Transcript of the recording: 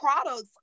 products